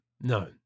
no